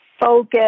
focus